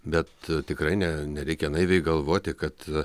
bet tikrai ne nereikia naiviai galvoti kad